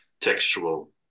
textual